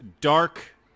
dark